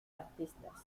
artistas